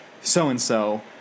so-and-so